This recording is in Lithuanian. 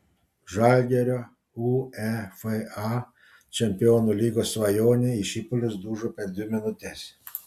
žalgirio uefa čempionų lygos svajonė į šipulius dužo per dvi minutes